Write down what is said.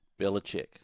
Belichick